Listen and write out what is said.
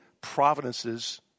provinces